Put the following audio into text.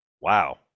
Wow